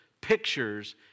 pictures